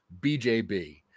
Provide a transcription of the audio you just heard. BJB